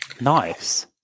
Nice